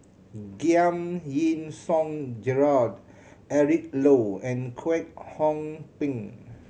Giam Yean Song Gerald Eric Low and Kwek Hong Png